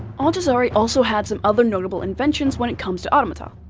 al-jazari also had some other notable inventions when it comes to automata.